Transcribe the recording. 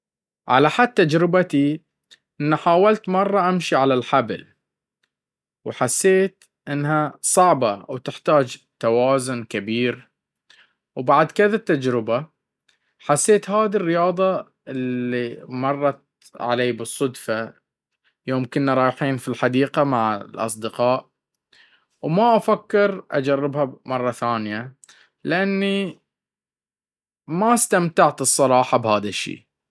على حد تجربتي انه حاولت مرة امشي على الحبل وحسيت انها صعبة وتحتاج توازن كبير وبعد كذا تجربة حسيت هذي الرياضة اللي مرت علي بالصدفة يوم كنا رايحين فيى الحديقة مع الأصدقاء وما افكر اجربها مرة ثانية لاني ما استمتعت الصراحة بهدا الشي